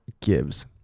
gives